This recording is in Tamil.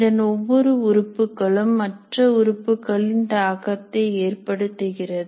இதன் ஒவ்வொரு உறுப்புகளும் மற்ற உறுப்புகளில் தாக்கத்தை ஏற்படுத்துகிறது